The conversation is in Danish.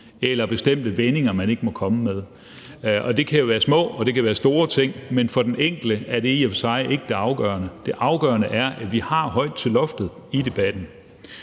eller bestemte vendinger, man ikke må komme med. Og det kan jo være små ting, og det kan være store ting, men i forhold til den enkelte er det i og for sig ikke det afgørende. Det afgørende er, at vi har højt til loftet i debatten.